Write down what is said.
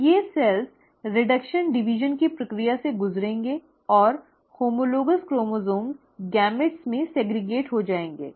तो ये कोशिकाएँ रीडक्शन डिवीजन की प्रक्रिया से गुजरेंगी और होमोलोगॅस क्रोमोसोम् युग्मकों में सेग्रीगेट हो जाएंगे